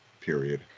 period